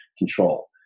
control